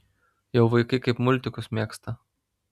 jau vaikai kaip multikus mėgsta